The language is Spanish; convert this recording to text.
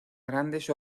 grandes